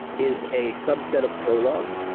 is a subset of prologue,